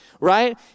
right